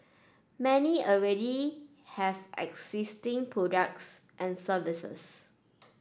many already have existing products and services